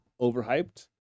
overhyped